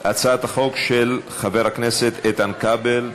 הצעת חוק של חבר הכנסת איתן כבל.